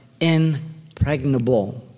impregnable